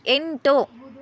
ಎಂಟು